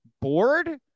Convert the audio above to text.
bored